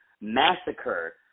massacre